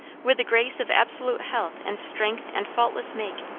with the grace of absolute health and strength and faultless make.